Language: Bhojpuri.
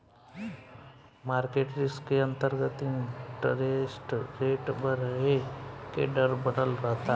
मारकेट रिस्क के अंतरगत इंटरेस्ट रेट बरहे के डर बनल रहता